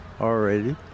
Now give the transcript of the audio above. already